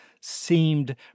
seemed